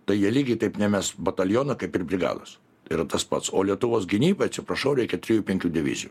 tai jie lygiai taip nemes bataliono kaip ir brigados yra tas pats o lietuvos gynybai atsiprašau reikia trijų penkių divizijų